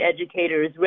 educators